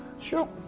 sure.